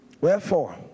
Wherefore